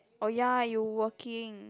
oh ya you working